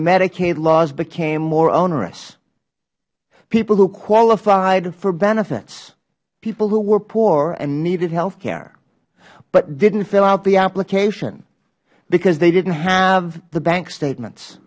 medicaid laws became more onerous people who qualified for benefits people who were poor and needed health care but didnt fill out the application because they didnt have the bank statements